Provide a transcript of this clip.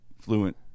fluent